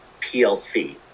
plc